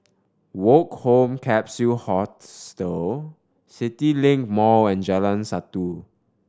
Woke Home Capsule Hostel CityLink Mall and Jalan Satu